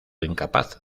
incapaz